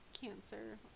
cancer